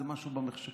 זה איזה משהו במחשכים.